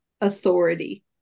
authority